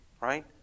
right